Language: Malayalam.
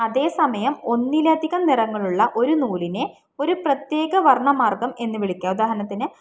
അതേ സമയം ഒന്നിലധികം നിറങ്ങളുള്ള ഒരു നൂലിനെ ഒരു പ്രത്യേക വർണ്ണമാർഗ്ഗം എന്നു വിളിക്കാം ഉദാഹരണത്തിന്